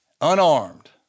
unarmed